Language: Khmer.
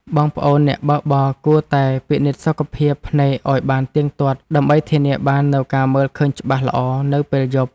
បងប្អូនអ្នកបើកបរគួរតែពិនិត្យសុខភាពភ្នែកឱ្យបានទៀងទាត់ ដើម្បីធានាបាននូវការមើលឃើញច្បាស់ល្អនៅពេលយប់។